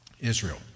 Israel